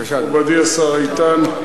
מכובדי השר איתן,